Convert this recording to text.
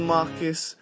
Marcus